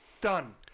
Done